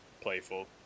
playful